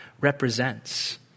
represents